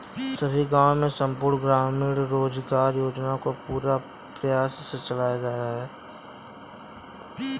सभी गांवों में संपूर्ण ग्रामीण रोजगार योजना को पूरे प्रयास से चलाया जाता है